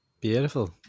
beautiful